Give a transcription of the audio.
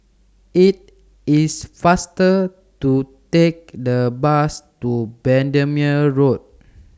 IT IS faster to Take The Bus to Bendemeer Road